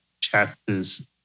chapters